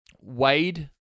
Wade